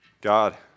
God